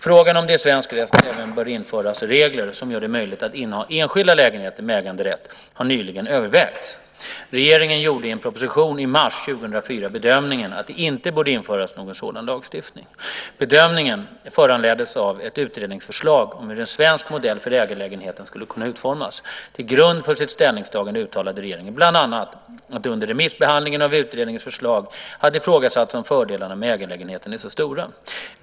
Frågan om det i svensk rätt även bör införas regler som gör det möjligt att inneha enskilda lägenheter med äganderätt har nyligen övervägts. Regeringen gjorde i en proposition i mars 2004 bedömningen att det inte borde införas någon sådan lagstiftning . Bedömningen föranleddes av ett utredningsförslag om hur en svensk modell för ägarlägenheter skulle kunna utformas. Till grund för sitt ställningstagande uttalade regeringen bland annat att det under remissbehandlingen av utredningens förslag hade ifrågasatts om fördelarna med ägarlägenheter är så stora.